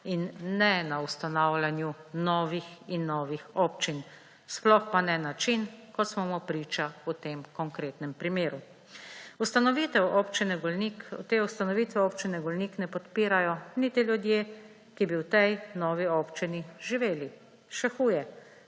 in ne na ustanavljanju novih in novih občin, sploh pa ne na način, kot smo mu priča v tem konkretnem primeru. Te ustanovitve Občine Golnik ne podpirajo niti ljudje, ki bi v tej novi občini živeli, še huje,